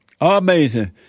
Amazing